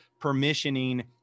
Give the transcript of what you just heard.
permissioning